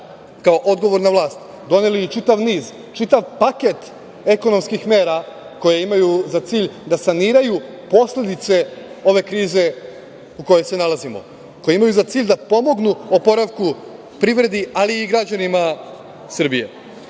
kao odgovorna vlast doneli i čitav niz, čitav paket ekonomskih mera koje imaju za cilj da saniraju posledice ove krize u kojoj se nalazimo koje imaju za cilj da pomognu oporavku privredi, ali i građanima Srbije. Dok